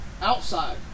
outside